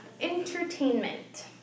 Entertainment